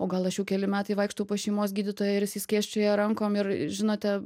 o gal aš jau keli metai vaikštau pas šeimos gydytoją ir jisai skėsčioja rankom ir žinote